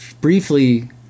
briefly